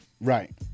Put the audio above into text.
Right